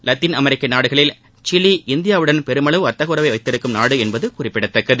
Latin அமெரிக்க நாடுகளில் Chile இந்தியாவுடன் பெருமளவு வர்த்தக உறவை வைத்திருக்கும் நாடு என்பது குறிப்பிடத்தக்கது